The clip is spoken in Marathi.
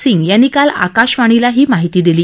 सिंग यांनी काल आकाशवाणीला ही माहिती दिली